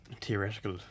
theoretical